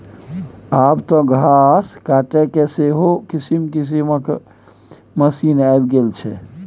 आब तँ घास काटयके सेहो किसिम किसिमक मशीन आबि गेल छै